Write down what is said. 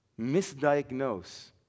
misdiagnose